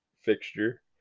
fixture